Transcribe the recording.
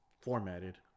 formatted